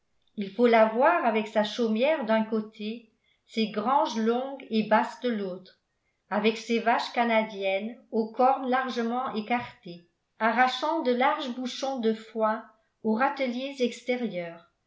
il faut la voir avec sa chaumière d'un côté ses granges longues et basses de l'autre avec ses vaches canadiennes aux cornes largement écartées arrachant de larges bouchons de foin aux râteliers extérieurs